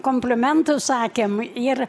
komplimentus sakėm ir